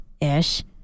ish